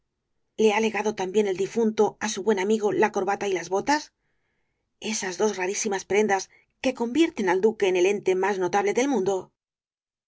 le ha legado también el difunto á su buen amigo la corbata y las botas esas dos rarísimas prendas que convierten al duque en el ente más notable del mundo